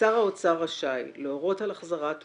"שר האוצר רשאי להורות על החזרת מס,